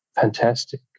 fantastic